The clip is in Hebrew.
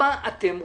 מה אתם רוצים?